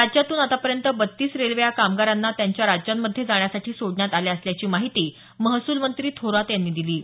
राज्यातून आतापर्यंत बत्तीस रेल्वे या कामगारांना त्यांच्या राज्यांमधे जाण्यासाठी सोडण्यात आल्या असल्याची माहितीही महसूलमंत्री थोरात यांनी दिली आहे